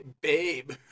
babe